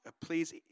please